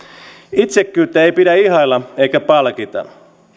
itsekkyyttä ei pidä ihailla eikä palkita